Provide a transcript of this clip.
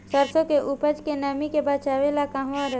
सरसों के उपज के नमी से बचावे ला कहवा रखी?